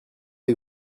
les